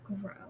Grow